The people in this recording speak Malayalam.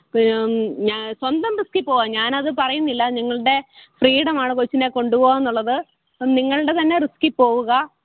ഞാൻ സ്വന്തം റിസ്ക്കിപ്പോവാം ഞാനത് പറയുന്നില്ല നിങ്ങളുടെ ഫ്രീഡമാണ് കൊച്ചിനെ കൊണ്ടുപോവാന്നുള്ളത് നിങ്ങളുടെ തന്നെ റിസ്ക്കിപ്പോവുകാ